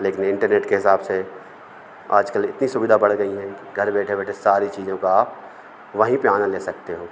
लेकिन इंटरनेट के हिसाब से आज कल इतनी सुविधा बढ़ गई हैं कि घर बैठे बैठे सारी चीज़ों का आप वहीं पर आनंद ले सकते हो